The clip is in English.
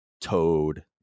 Toad